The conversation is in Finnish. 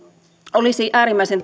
olisi äärimmäisen